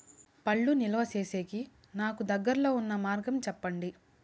పండ్లు నిలువ సేసేకి నాకు దగ్గర్లో ఉన్న మార్గం చెప్పండి?